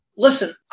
Listen